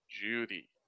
Judy